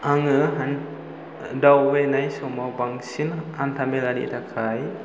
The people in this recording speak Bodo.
आङो दावबायनाय समाव बांसिन हान्थामेलानि थाखाय